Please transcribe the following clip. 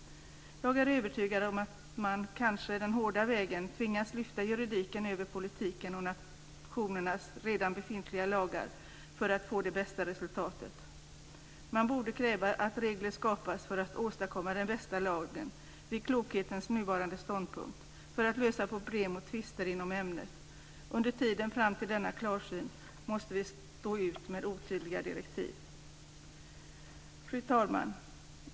Jag är övertygad om att man, kanske den hårda vägen, tvingas lyfta juridiken över politiken och nationernas redan befintliga lagar för att få det bästa resultatet. Man borde kräva att regler skapas för att åstadkomma den bästa lagen, vid klokhetens nuvarande ståndpunkt, för att lösa problem och tvister inom ämnet. Under tiden fram till denna klarsyn måste vi stå ut med otydliga direktiv. Fru talman!